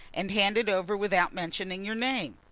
and hand it over without mentioning your name.